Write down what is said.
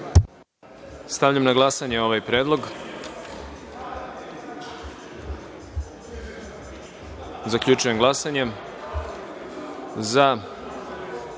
Stavljam na glasanje ovaj predlog. Zaključujem glasanje i